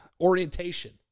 orientation